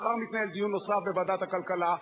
מחר מתנהל דיון נוסף בוועדת הכלכלה.